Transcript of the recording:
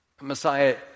Messiah